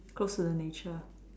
close to the nature